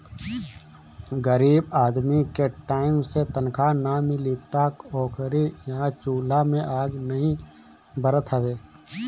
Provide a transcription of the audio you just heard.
गरीब आदमी के टाइम से तनखा नाइ मिली तअ ओकरी इहां चुला में आगि नाइ बरत हवे